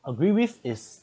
agree with is